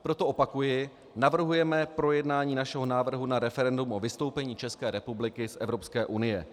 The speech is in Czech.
Proto opakuji, navrhujeme projednání našeho návrhu na referendum o vystoupení České republiky z Evropské unie.